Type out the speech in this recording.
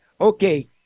Okay